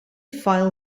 file